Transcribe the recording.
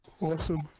Awesome